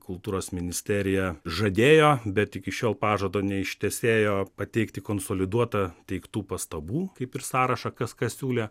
kultūros ministerija žadėjo bet iki šiol pažado neištesėjo pateikti konsoliduotą teiktų pastabų kaip ir sąrašą kas ką siūlė